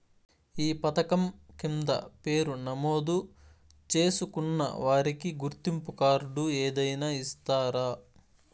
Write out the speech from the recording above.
ఈ పథకం కింద పేరు నమోదు చేసుకున్న వారికి గుర్తింపు కార్డు ఏదైనా ఇస్తారా?